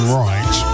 right